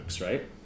right